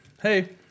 Hey